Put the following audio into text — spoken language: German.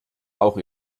auch